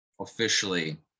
officially